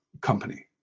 company